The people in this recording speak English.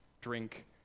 drink